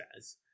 says